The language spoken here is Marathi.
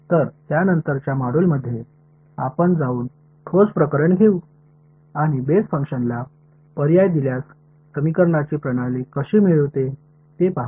तर त्यानंतरच्या मॉड्यूलमध्ये आपण जाऊन ठोस प्रकरण घेऊ आणि बेस फंक्शनला पर्याय दिल्यास समीकरणांची प्रणाली कशी मिळते ते पाहू